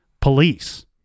police